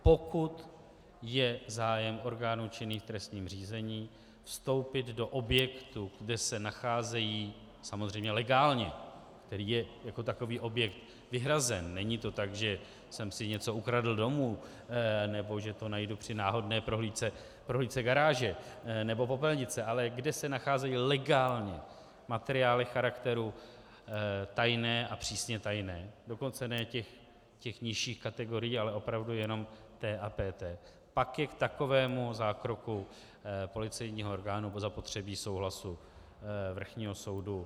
Pokud je zájem orgánů činných v trestním řízení vstoupit do objektu, kde se nacházejí, samozřejmě legálně, který je jako takový objekt vyhrazen, není to tak, že jsem si něco ukradl domů nebo že to najdu při náhodné prohlídce garáže nebo popelnice, ale kde se nacházejí legálně materiály charakteru tajné a přísně tajné, dokonce ne těch nižších kategorií, ale opravdu jen T a PT, pak je k takovému zákroku policejního orgánu zapotřebí souhlasu vrchního soudu.